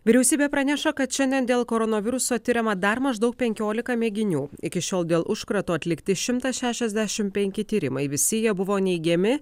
vyriausybė praneša kad šiandien dėl koronaviruso tiriama dar maždaug penkiolika mėginių iki šiol dėl užkrato atlikti šimtas šešiasdešim penki tyrimai visi jie buvo neigiami